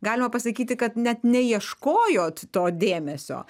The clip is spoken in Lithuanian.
galima pasakyti kad net neieškojot to dėmesio